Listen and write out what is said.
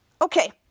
okay